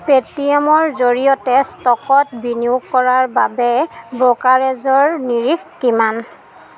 পে'টিএমৰ জৰিয়তে ষ্টকত বিনিয়োগ কৰাৰ বাবে ব্ৰ'কাৰেজৰ নিৰিখ কিমান